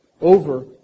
over